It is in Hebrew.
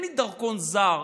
אין לי דרכון זר.